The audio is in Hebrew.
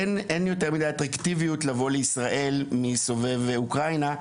אין יותר מדי אטרקטיביות לבוא לישראל מסובב אוקראינה.